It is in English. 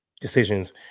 decisions